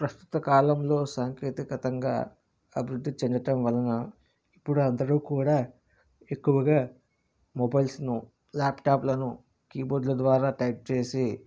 ప్రస్తుత కాలంలో సాంకేతికతంగా అభివృద్ధి చెందటం వలన ఇప్పుడు అందరూ కూడా ఎక్కువగా మొబైల్స్ ను ల్యాప్టాప్ లను కీబోర్డ్ ల ద్వారా టైప్ చేసి